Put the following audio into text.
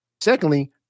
Secondly